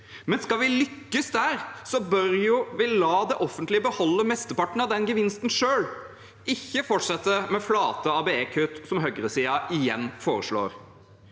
Men skal vi lykkes der, bør vi jo la det offentlige beholde mesteparten av den gevinsten selv, ikke fortsette med flate ABE-kutt, som høyresiden igjen foreslår.